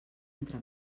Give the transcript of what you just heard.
entre